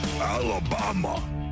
Alabama